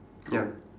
ya